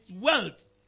wealth